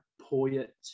poet